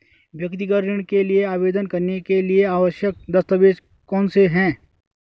व्यक्तिगत ऋण के लिए आवेदन करने के लिए आवश्यक दस्तावेज़ कौनसे हैं?